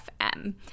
FM